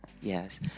Yes